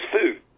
food